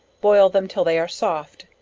boil them till they are soft,